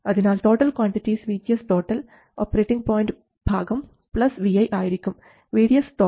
അതിനാൽ total quantities VGS operating point ഭാഗം plus vi ആയിരിക്കും